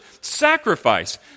sacrifice